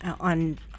on